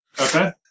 Okay